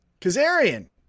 Kazarian